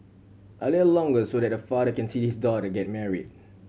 a little longer so that a father can see his daughter get married